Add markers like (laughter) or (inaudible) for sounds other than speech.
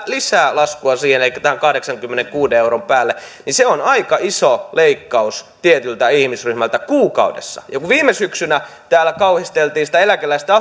lisää laskua siihen elikkä tähän kahdeksankymmenenkuuden euron päälle se on aika iso leikkaus tietyltä ihmisryhmältä kuukaudessa ja ja kun viime syksynä täällä kauhisteltiin sitä eläkeläisten (unintelligible)